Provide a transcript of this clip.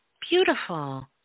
Beautiful